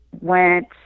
went